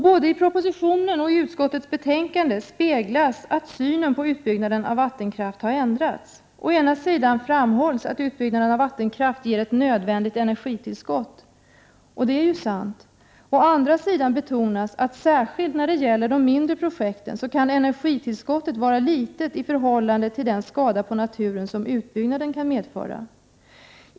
Både i propositionen och i utskottets betänkande speglas att synen på utbyggnaden av vattenkraften har ändrats. Å ena sidan framhålls att utbyggnaden av vattenkraft ger ett nödvändigt energitillskott, och det är sant. Å andra sidan betonas att energitillskottet särskilt när det gäller de mindre projekten kan vara litet i förhållande till den skada på naturen som utbyggnaden medför.